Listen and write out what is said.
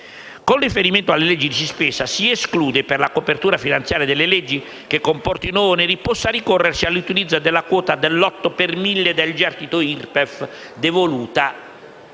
Con riferimento alle leggi di spesa, per la copertura finanziaria delle leggi che comportino oneri, si esclude che si possa ricorrere all'utilizzo della quota dell'otto per mille del gettito IRPEF devoluta